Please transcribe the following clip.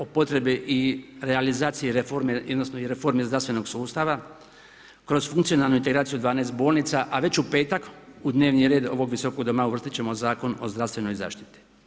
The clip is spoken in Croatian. O potrebi i realizaciji reforme ... zdravstvenog sustava, kroz funkcionalnu integraciju 12 bolnica a već u petak u dnevni red ovog Visokog doma uvrstiti ćemo Zakon o zdravstvenoj zaštiti.